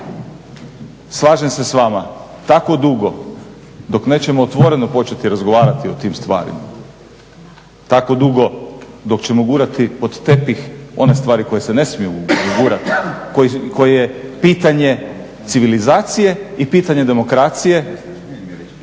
Slažem se s vama tako dugo dok nećemo otvoreno početi razgovarati o tim stvarima, tako dugo dok ćemo gurati pod tepih one stvari koje se ne smiju gurati, koje pitanje civilizacije i pitanje demokracije,